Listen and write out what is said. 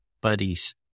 buddies